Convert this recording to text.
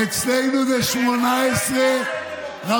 אצלנו זה 18 רבנים,